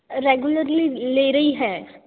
regularly ले रही हैं